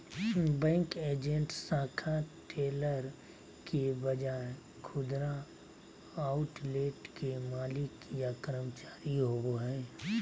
bank agent शाखा teller के बजाय खुदरा आउटलेट के मालिक या कर्मचारी होवो हइ